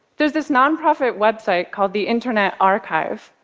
there's this nonprofit website called the internet archive.